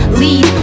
lead